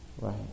Right